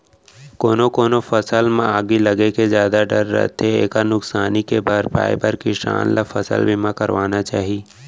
कोनो कोनो फसल म आगी लगे के जादा डर रथे एकर नुकसानी के भरपई बर किसान ल फसल बीमा करवाना चाही